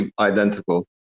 identical